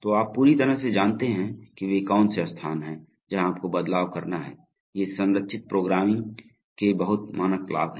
तो आप पूरी तरह से जानते हैं कि वे कौन से स्थान हैं जहाँ आपको बदलाव करना है ये संरचित प्रोग्रामिंग के बहुत मानक लाभ हैं